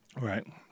right